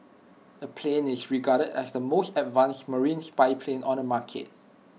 the plane is regarded as the most advanced marine spy plane on the market